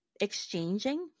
Exchanging